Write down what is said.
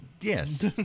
Yes